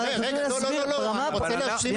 אני רוצה להשלים את מה שאני אמרתי.